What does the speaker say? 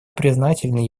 признателен